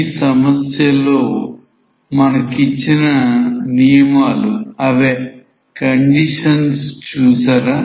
ఈ సమస్య లో మనకు ఇచ్చిన నియమాలు చూశారా